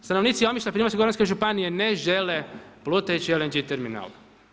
Stanovnici Omišlja Primorsko-goranske županije ne žele plutajući LNG terminal.